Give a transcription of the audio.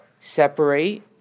separate